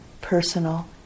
personal